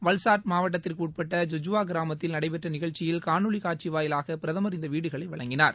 வல்சாத் மாவட்டத்திற்கு உட்பட்ட ஜுஜ்வா கிராமத்தில் கிராமத்தில் நடைபெற்ற கிராமத்தில் காணொலி காட்சி வாயிலாக பிரதமர் இந்த வீடுகளை வழங்கினார்